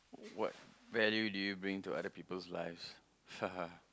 what value do you bring to other people's lives